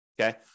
okay